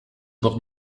bord